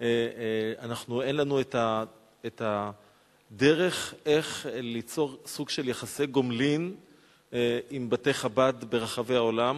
אין לנו את הדרך איך ליצור סוג יחסי גומלין עם בתי-חב"ד ברחבי העולם.